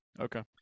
Okay